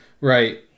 Right